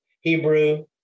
Hebrew